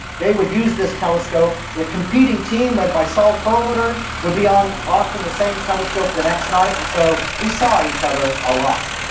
they would use this telescope. the competing team led by saul perlmutter would be on often the same telescope the next night, and so we saw each other a lot.